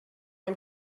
ein